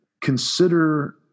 consider